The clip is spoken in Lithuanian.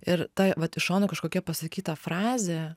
ir ta vat iš šono kažkokia pasakyta frazė